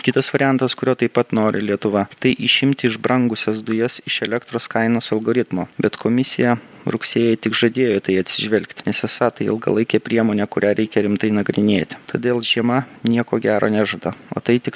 kitas variantas kurio taip pat nori lietuva tai išimti iš brangusias dujas iš elektros kainos algoritmo bet komisija rugsėjį tik žadėjo į tai atsižvelgti nes esą tai ilgalaikė priemonė kurią reikia rimtai nagrinėti todėl žiema nieko gero nežada o tai tik